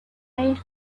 little